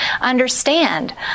understand